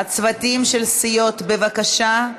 הצוותים של הסיעות, בבקשה.